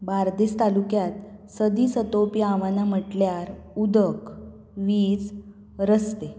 बार्देज तालुक्यांत सदीं सतोवपी आव्हानां म्हटल्यार उदक वीज रस्ते